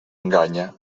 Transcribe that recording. enganya